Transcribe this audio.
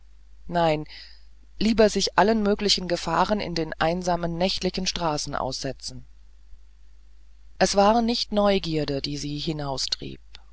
nein lieber sich allen möglichen gefahren in den einsamen nächtlichen straßen aussetzen es war nicht neugierde die sie